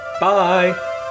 Bye